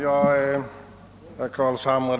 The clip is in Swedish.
Herr talman!